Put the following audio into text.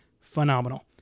phenomenal